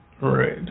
Right